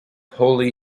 holy